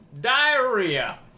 Diarrhea